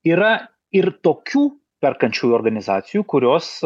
yra ir tokių perkančiųjų organizacijų kurios